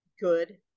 good